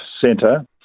centre